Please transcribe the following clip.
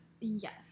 yes